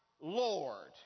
Lord